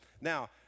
Now